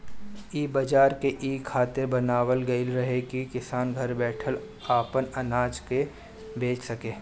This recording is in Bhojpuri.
इ बाजार के इ खातिर बनावल गईल रहे की किसान घर बैठल आपन अनाज के बेचा सके